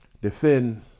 defend